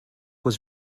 was